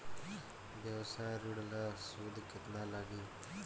व्यवसाय ऋण ला सूद केतना लागी?